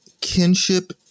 kinship